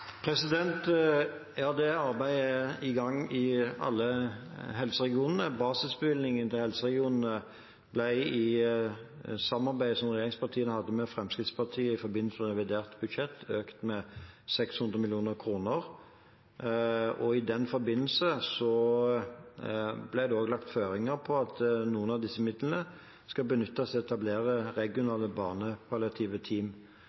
Det arbeidet er i gang i alle helseregionene. Basisbevilgningen til helseregionene ble i samarbeidet som regjeringspartiene hadde med Fremskrittspartiet i forbindelse med revidert nasjonalbudsjett, økt med 600 mill. kr. I den forbindelse ble det også lagt føringer for at noen av disse midlene skal benyttes til å etablere regionale barnepalliative team.